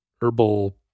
herbal